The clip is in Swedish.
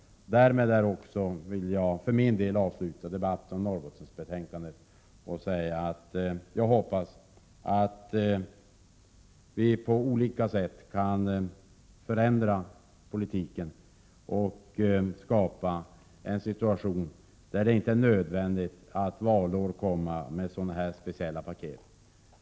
Jag vill för min del avsluta debatten om Norrbottensbetänkandena med att säga att jag hoppas att vi på olika sätt kan förändra politiken och skapa en situation där det inte är nödvändigt att valår komma med sådana här speciella paket.